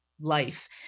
life